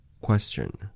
Question